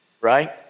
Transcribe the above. right